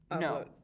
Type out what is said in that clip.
No